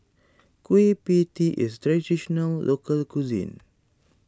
Kueh Pie Tee is Traditional Local Cuisine